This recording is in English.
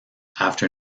after